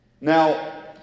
Now